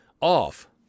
off